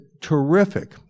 terrific